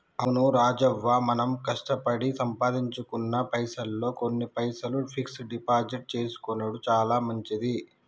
అవును రాజవ్వ మనం కష్టపడి సంపాదించుకున్న పైసల్లో కొన్ని పైసలు ఫిక్స్ డిపాజిట్ చేసుకొనెడు చాలా మంచిది